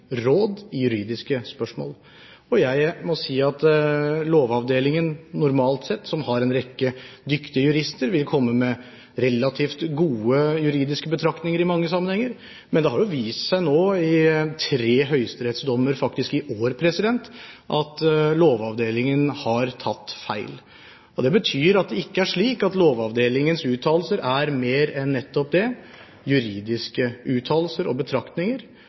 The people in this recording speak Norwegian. råd i juridiske spørsmål. Og jeg må si at Lovavdelingen normalt sett, som har en rekke dyktige jurister, vil komme med relativt gode juridiske betraktninger i mange sammenhenger. Men det har vist seg nå i tre høyesterettsdommer faktisk i år at Lovavdelingen har tatt feil. Og det betyr at det ikke er slik at Lovavdelingens uttalelser er mer enn nettopp det: juridiske uttalelser og betraktninger.